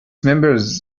members